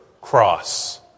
cross